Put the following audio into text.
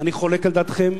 אני חולק על דעתכם.